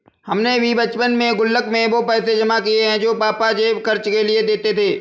हमने भी बचपन में गुल्लक में वो पैसे जमा किये हैं जो पापा जेब खर्च के लिए देते थे